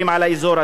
אדוני היושב-ראש,